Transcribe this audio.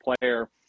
player